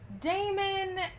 Damon